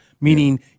meaning